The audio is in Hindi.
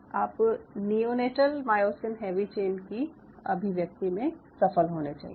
आप नियोनेटल मायोसिन हैवी चेन की अभिव्यक्ति में सफल होने चाहिए